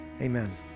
Amen